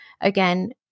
Again